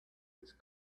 its